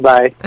Bye